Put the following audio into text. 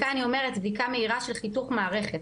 אני אומרת בדיקה מהירה של חיתוך מערכת,